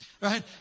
Right